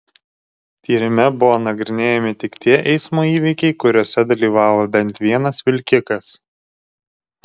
tyrime buvo nagrinėjami tik tie eismo įvykiai kuriuose dalyvaudavo bent vienas vilkikas